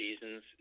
seasons